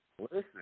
Listen